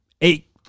eight